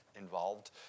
involved